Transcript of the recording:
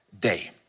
day